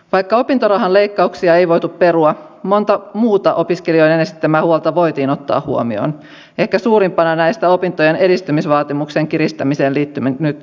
vaikka opintorahan leikkauksia ei voitu perua monta muuta opiskelijoiden esittämää huolta voitiin ottaa huomioon ehkä suurimpana näistä opintojen edistymisvaatimuksen kiristämiseen liittyvä vaatimus